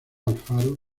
alfaro